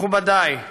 מכובדיי,